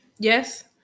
Yes